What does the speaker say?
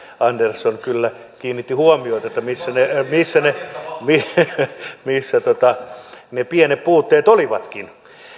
andersson kyllä kiinnitti huomiota siihen missä ne pienet puutteet olivatkin